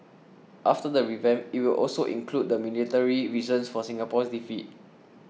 after the revamp it will also include the military reasons for Singapore's defeat